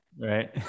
right